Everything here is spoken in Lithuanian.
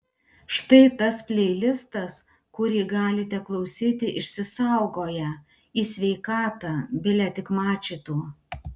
štai tas pleilistas kurį galite klausyti išsisaugoję į sveikatą bile tik mačytų